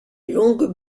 longues